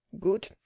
Good